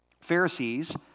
Pharisees